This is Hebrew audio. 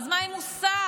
אז מה אם הוא שר?